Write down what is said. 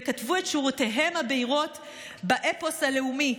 וכתבו את שורותיהם הבהירות באפוס הלאומי".